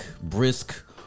brisk